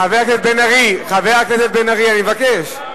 חבר הכנסת בן-ארי, חבר הכנסת בן-ארי, אני מבקש.